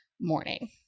morning